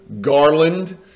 Garland